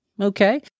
Okay